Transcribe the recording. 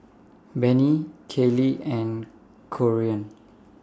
Bennie Kylee and Corean